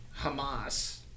Hamas